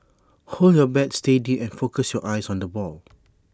hold your bat steady and focus your eyes on the ball